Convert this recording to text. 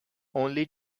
only